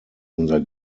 unser